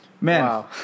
Man